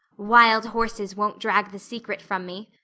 wild horses won't drag the secret from me,